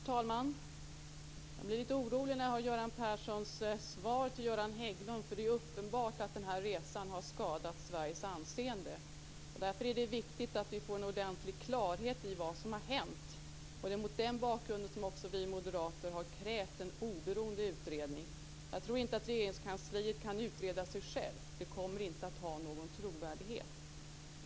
Herr talman! Jag blir lite orolig när jag hör Göran Perssons svar till Göran Hägglund, för det är uppenbart att den här resan har skadat Sveriges anseende. Därför är det viktigt att vi får ordentlig klarhet i vad som har hänt. Det är mot den bakgrunden som också vi moderater har krävt en oberoende utredning. Jag tror inte att Regeringskansliet kan utreda sig självt; det kommer inte att ha någon trovärdighet.